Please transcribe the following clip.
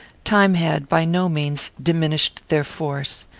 time had, by no means, diminished their force.